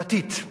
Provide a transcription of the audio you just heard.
דתית,